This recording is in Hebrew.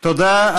תודה.